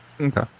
Okay